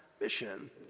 mission